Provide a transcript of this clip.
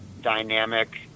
dynamic